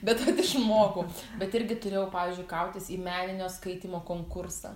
bet vat išmokau bet irgi turėjau pavyzdžiui kautis į meninio skaitymo konkursą